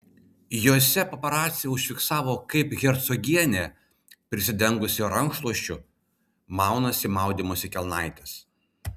jose paparaciai užfiksavo kaip hercogienė prisidengusi rankšluosčiu maunasi maudymosi kelnaites